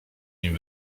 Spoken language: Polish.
nim